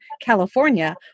California